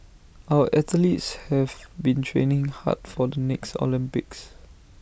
our athletes have been training hard for the next Olympics